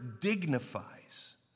dignifies